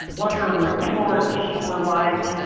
what her reports were like,